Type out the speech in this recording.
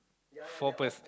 four pers